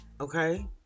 okay